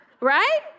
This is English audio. right